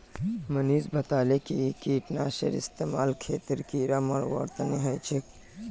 मनीष बताले कि कीटनाशीर इस्तेमाल खेतत कीड़ा मारवार तने ह छे